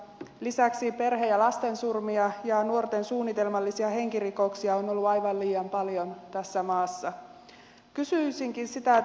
lisäksi perhe ja lastensurmia ja nuorten suunnitelmallisia henkirikoksia on ollut aivan liian paljon tässä maassa